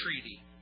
treaty